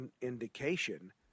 indication